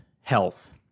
health